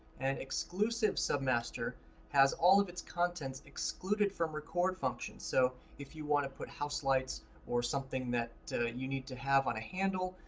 and exclusive submaster has all of its contents excluded from record functions. so if you want to put house lights or something that you need to have on a handle,